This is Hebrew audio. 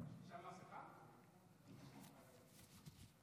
היושבת-ראש, תודה על ההזמנה לסכם את הדיון.